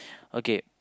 okay